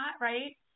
right